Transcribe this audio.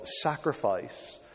sacrifice